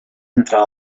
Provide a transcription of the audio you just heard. entrar